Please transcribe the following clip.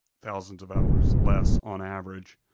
thousands of hours less on average.